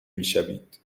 میشوید